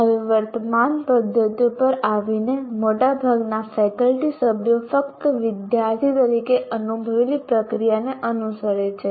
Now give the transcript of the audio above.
હવે વર્તમાન પદ્ધતિઓ પર આવીને મોટાભાગના ફેકલ્ટી સભ્યો ફક્ત વિદ્યાર્થી તરીકે અનુભવેલી પ્રક્રિયાને અનુસરે છે